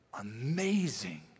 amazing